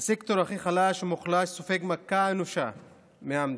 הסקטור הכי חלש ומוחלש סופג מכה אנושה מהמדינה,